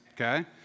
Okay